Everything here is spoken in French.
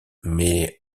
mais